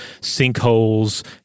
sinkholes